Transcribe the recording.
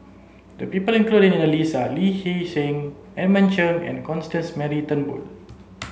the people included in Lee Hee Seng Edmund Cheng and Constance Mary Turnbull